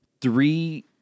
three